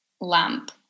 lamp